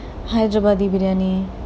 hyderabadi biryani